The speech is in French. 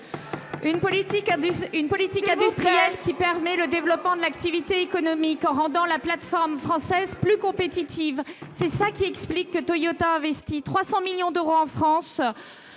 un peu de calme !... qui permet le développement de l'activité économique en rendant la plateforme française plus compétitive. C'est ce qui explique que Toyota investisse 300 millions d'euros en France,